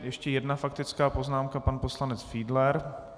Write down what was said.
Ještě jedna faktická poznámka pan poslanec Fiedler.